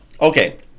Okay